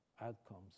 outcomes